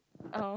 oh